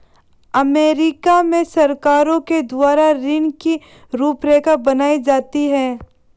अमरीका में सरकारों के द्वारा ऋण की रूपरेखा बनाई जाती है